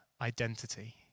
identity